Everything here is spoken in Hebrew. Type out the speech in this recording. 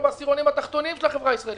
בעשירונים התחתונים של החברה הישראלית.